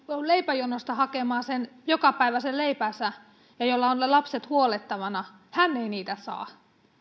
leipäjonosta hakemaan sen jokapäiväisen leipänsä ja jolla on ne lapset huollettavana ei niitä saa